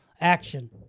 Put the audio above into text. action